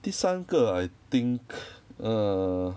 第三个 I think err